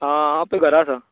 आं हांव हो पळय घरा आसा